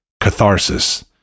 Catharsis